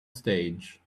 stage